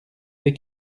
dès